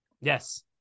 Yes